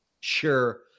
sure